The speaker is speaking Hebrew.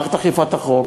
מערכת אכיפת החוק.